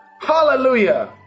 Hallelujah